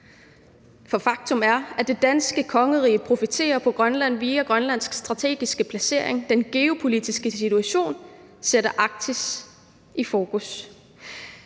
for faktum er, at det danske kongerige profiterer på Grønland via Grønlands strategiske placering. Den geopolitiske situation sætter Arktis i fokus,